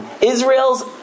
Israel's